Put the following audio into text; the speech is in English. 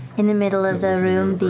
in the middle of the room,